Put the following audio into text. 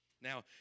Now